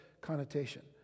connotation